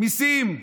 מיסים.